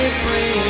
free